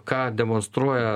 ką demonstruoja